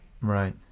Right